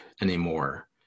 anymore